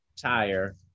tire